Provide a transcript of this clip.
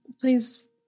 Please